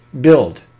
build